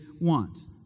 want